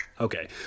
Okay